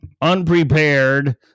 unprepared